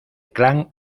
clan